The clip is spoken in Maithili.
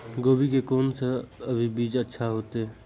गोभी के कोन से अभी बीज अच्छा होते?